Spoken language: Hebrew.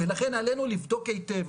ולכן עלינו לבדוק היטב,